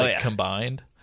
combined